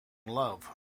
love